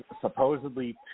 supposedly